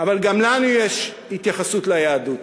אבל גם לנו יש התייחסות ליהדות.